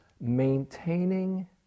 maintaining